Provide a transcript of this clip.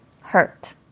hurt